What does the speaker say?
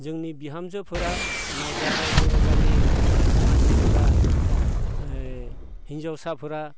जोंनि बिहामजोफोरा नायब्ला रायजो रजानि मानसिफोरा ओइ हिनजावसाफोरा